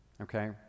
okay